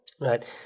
Right